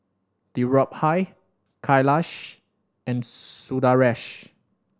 Dhirubhai Kailash and Sundaresh